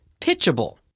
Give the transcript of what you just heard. pitchable